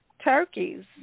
turkeys